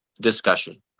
discussion